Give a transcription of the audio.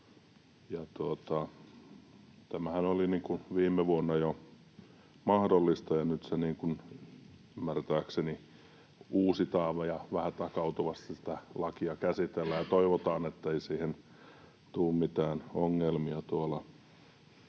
Tämähän oli jo viime vuonna mahdollista, ja nyt se ymmärtääkseni uusitaan ja vähän takautuvasti sitä lakia käsitellään. Toivotaan, ettei siihen tule mitään ongelmia tuolla